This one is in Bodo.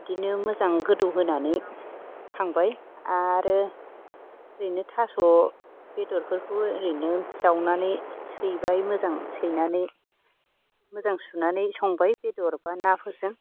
बिदिनो मोजां गोदौ होनानै खांबाय आरो ओरैनो थास' बेदरफोरखौ ओरैनो जावनानै सैबाय मोजां सैनानै मोजां सुनानै संबाय बेदर बा नाफोरजों